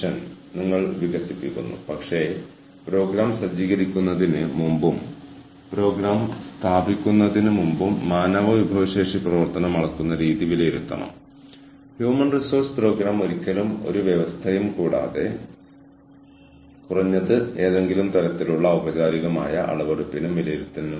HR പ്രൊഫഷണലിനെയും HR മാനേജർമാരെയും സംബന്ധിച്ചിടത്തോളം ഇവിടെയുള്ള ആദ്യത്തെ ടെൻഷൻ ജീവനക്കാർക്ക് അനുഭവപ്പെടുന്ന ഐഡന്റിറ്റിയുടെ ടെൻഷനുകൾ അവർ ക്ലയന്റുകൾക്ക് വേണ്ടി വാദിക്കുന്നവരായാലും അല്ലെങ്കിൽ മാനേജർമാരുടെ വാർഡുകളായാലും